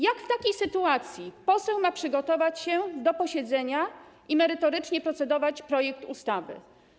Jak w takiej sytuacji poseł ma przygotować się do posiedzenia i merytorycznie procedować nad projektem ustawy?